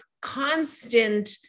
constant